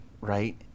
right